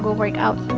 workout?